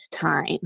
time